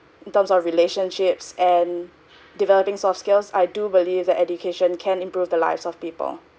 in terms of relationships and developing soft skills I do believe that education can improve the lives of people